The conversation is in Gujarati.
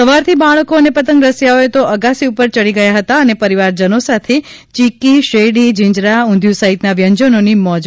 સવારથી બાળકો અને પતંગરસિયાઓ તો અગાસી ઉપર ચડી ગયા હતા અને પરિવારજનો સાથે યીકી શેરડી જીંજરા ઊંઘ્યૂસહિતના વ્યંજનોની મોજ તા